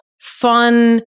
fun